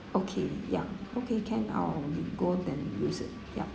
okay ya okay can I'll go then visit ya